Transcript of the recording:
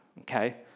okay